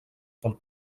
pel